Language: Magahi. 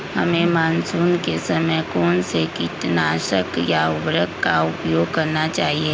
हमें मानसून के समय कौन से किटनाशक या उर्वरक का उपयोग करना चाहिए?